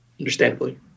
Understandably